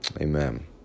Amen